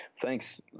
Thanks